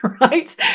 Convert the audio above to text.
right